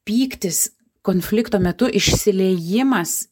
pyktis konflikto metu išsiliejimas